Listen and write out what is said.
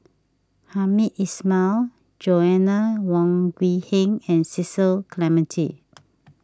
Hamed Ismail Joanna Wong Bee Heng and Cecil Clementi